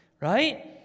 Right